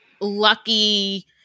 lucky